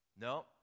No